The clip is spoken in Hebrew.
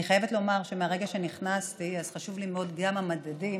אני חייבת לומר שמהרגע שנכנסתי חשובים לי מאוד גם המדדים,